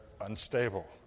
unstable